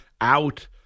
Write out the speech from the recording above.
out